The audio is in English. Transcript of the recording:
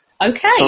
Okay